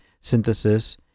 synthesis